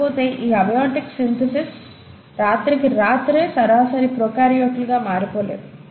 కాకపోతే ఈ abiotic synthesis రాత్రికి రాత్రే సరాసరి ప్రోకార్యోట్లు గా మారిపోలేదు